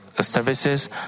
services